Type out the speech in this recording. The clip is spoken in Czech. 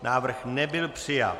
Návrh nebyl přijat.